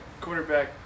quarterback